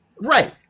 Right